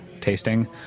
tasting